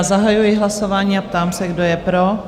Zahajuji hlasování a ptám se, kdo je pro?